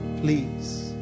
please